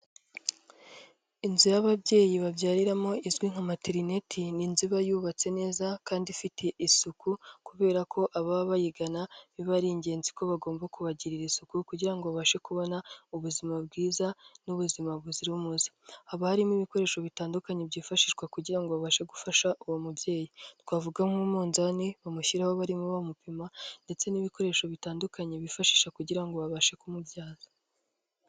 Inzu y'ababyeyi babyariramo izwi nka materiniti ni inzu iba yubatse neza kandi ifite isuku kubera ko ababa bayigana biba ari ingenzi ko bagomba kubagirira isuku kugira ngo babashe kubona ubuzima bwiza n'ubuzima buzira umuze. Haba harimo ibikoresho bitandukanye byifashishwa kugira ngo babashe gufasha uwo mubyeyi. Twavuga nk'umunzani bamushyiraho barimo bamupima ndetse n'ibikoresho bitandukanye bifashisha kugira ngo babashe kumubyaza.